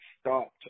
stopped